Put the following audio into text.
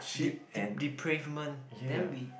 de~ de~ depravement then we